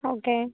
okay